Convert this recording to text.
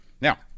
Now